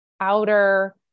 outer